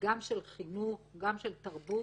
גם של חינוך, גם של תרבות,